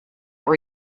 were